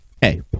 hey